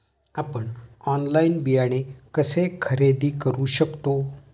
आपण ऑनलाइन बियाणे कसे खरेदी करू शकतो?